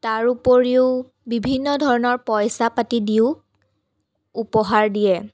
তাৰোপৰিও বিভিন্ন ধৰণৰ পইচা পাতি দিও উপহাৰ দিয়ে